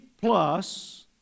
plus